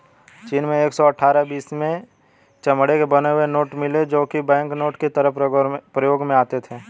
चीन में एक सौ अठ्ठारह बी.सी में चमड़े के बने हुए नोट मिले है जो की बैंकनोट की तरह प्रयोग में आते थे